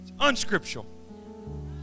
Unscriptural